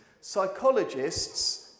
Psychologists